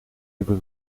even